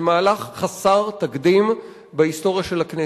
זה מהלך חסר תקדים בהיסטוריה של הכנסת.